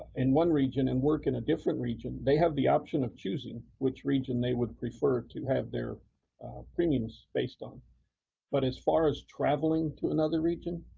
and one region and work in a different region, they have the option of choosing which region they would preferred to have their premiums based on but as far a traveling to another region?